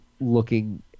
looking